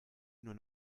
nur